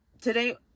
today